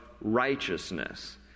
righteousness